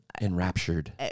enraptured